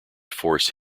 force